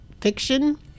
fiction